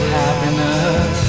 happiness